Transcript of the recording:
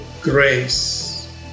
grace